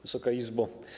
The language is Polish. Wysoka Izbo!